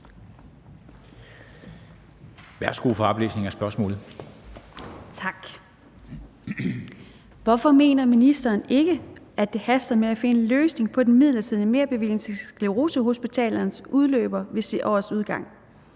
Hvorfor mener ministeren ikke, at det haster med at finde en løsning på, at den midlertidige merbevilling til sklerosehospitalerne udløber ved årets udgang?